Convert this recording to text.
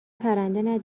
پرنده